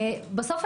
בסוף,